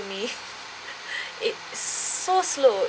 me it's so slow